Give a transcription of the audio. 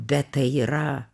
bet tai yra